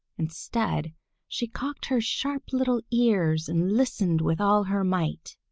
instead she cocked her sharp little ears and listened with all her might.